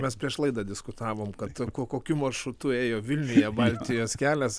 mes prieš laidą diskutavom kad ko kokiu maršrutu ėjo vilniuje baltijos kelias